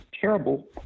terrible